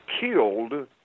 killed